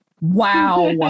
Wow